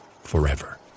forever